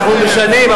אנחנו משנים.